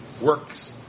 works